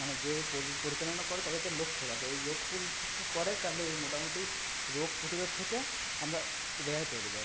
মানে যে পরি পরিচালনা করে তাদেরকে লক্ষ্য রাখা এই লক্ষ্য যদি ঠিকঠাক করে তালে এই মোটামোটি রোগ পোতিরোধ থেকে আমরা রেহাই পেবে যাব